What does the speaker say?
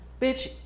Bitch